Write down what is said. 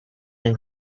and